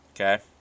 Okay